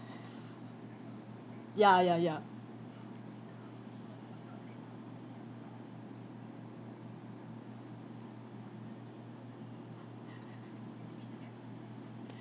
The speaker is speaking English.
ya ya ya